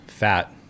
fat